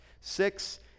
Six